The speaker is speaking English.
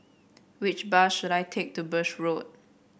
which bus should I take to Birch Road